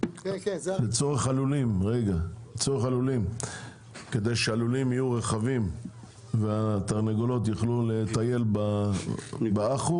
כדי שהלולים יהיו רחבים והתרנגולות יוכלו לטייל באחו